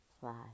Fly